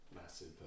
massive